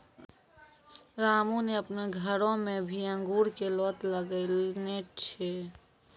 रामू नॅ आपनो घरो मॅ भी अंगूर के लोत रोपने छै